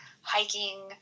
hiking